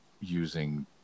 using